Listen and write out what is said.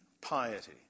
piety